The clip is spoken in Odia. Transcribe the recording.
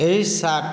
ଏହି ସାର୍ଟ